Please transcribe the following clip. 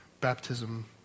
baptism